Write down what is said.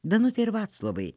danute ir vaclovai